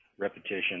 Repetition